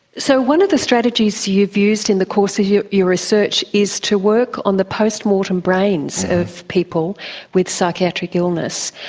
so one of the strategies you've used in the course of your research is to work on the post-mortem brains of people with psychiatric illness.